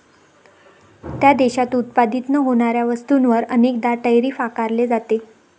त्या देशात उत्पादित न होणाऱ्या वस्तूंवर अनेकदा टैरिफ आकारले जाते